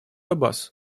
аббас